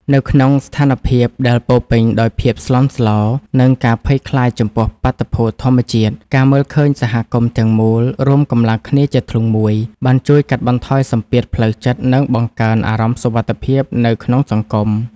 នៅក្នុងស្ថានភាពដែលពោរពេញដោយភាពស្លន់ស្លោ និងការភ័យខ្លាចចំពោះបាតុភូតធម្មជាតិ ការមើលឃើញសហគមន៍ទាំងមូលរួមកម្លាំងគ្នាជាធ្លុងមួយ បានជួយកាត់បន្ថយសម្ពាធផ្លូវចិត្ត និងបង្កើនអារម្មណ៍សុវត្ថិភាពនៅក្នុងសង្គម។